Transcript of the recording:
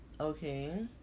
okay